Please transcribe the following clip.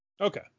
Okay